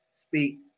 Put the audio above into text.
speak